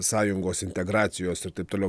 sąjungos integracijos ir taip toliau